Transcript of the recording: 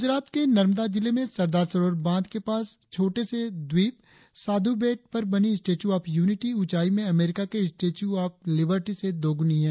गुजरात के नर्मदा जिले में सरदार सरोवर बांध के पास छोटे से द्वीप साधु बेट पर बनी स्टेच्यू ऑफ यूनिटी उंचाई में अमरीका के स्टेच्यू ऑफ लिबर्टी से दोगुनी है